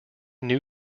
new